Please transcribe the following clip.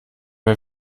wir